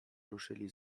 ruszyli